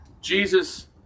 Jesus